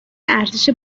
ارزش